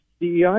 DEI